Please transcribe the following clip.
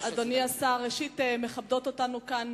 אדוני השר, ראשית, מכבדות אותנו כאן